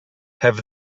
have